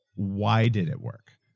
why did it work?